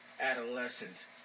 adolescents